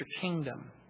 kingdom